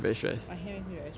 my hair makes me very stressed